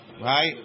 Right